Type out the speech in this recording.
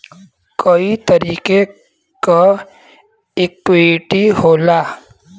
कई तरीके क इक्वीटी होला